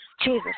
Jesus